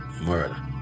murder